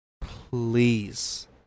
please